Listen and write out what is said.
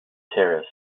terrace